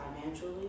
financially